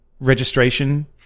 registration